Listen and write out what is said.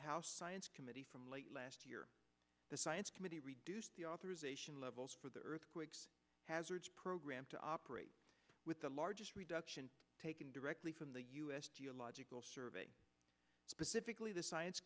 house science committee from late last year the science committee reduced the authorization levels for the earthquakes hazards program to operate with the largest reduction taken directly from the u s geological survey specifically the science